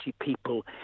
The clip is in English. people